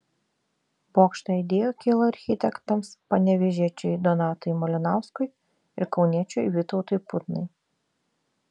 bokšto idėja kilo architektams panevėžiečiui donatui malinauskui ir kauniečiui vytautui putnai